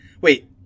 Wait